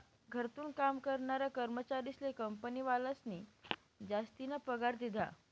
घरथून काम करनारा कर्मचारीस्ले कंपनीवालास्नी जासतीना पगार दिधा